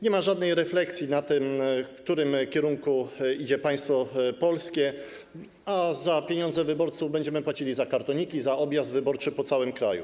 Nie ma żadnej refleksji nad tym, w którym kierunku idzie państwo polskie, a pieniędzmi wyborców będziemy płacili za kartoniki, za objazd wyborczy po całym kraju.